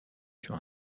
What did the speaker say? sur